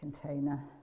container